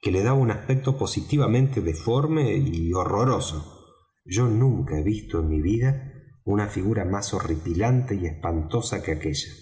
que le daba un aspecto positivamente deforme y horroroso yo nunca he visto en mi vida una figura más horripilante y espantable que aquella